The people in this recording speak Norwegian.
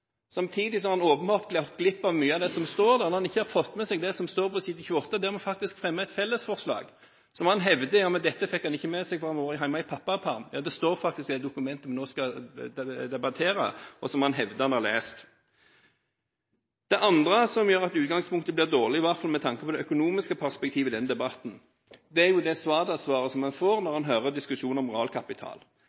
Samtidig har han åpenbart gått glipp av mye av det som står i innstillingen, når han ikke har fått med seg det som står på side 28, at opposisjonen fremmer et felles forslag. Han hevder at dette har han ikke fått med seg fordi han har vært hjemme i pappaperm. Forslaget står i det dokumentet vi nå debatterer, og som han hevder han har lest. Det andre som gjør at utgangspunktet er dårlig – i hvert fall med tanke på det økonomiske perspektivet i denne debatten – er det svadasvaret en får når en hører på diskusjonen om realkapital.